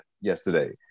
yesterday